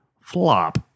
FLOP